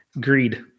Greed